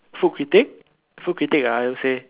food critic food critic ah I would say